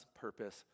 purpose